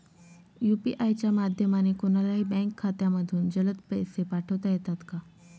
UPI च्या माध्यमाने कोणलाही बँक खात्यामधून जलद पैसे पाठवता येतात का?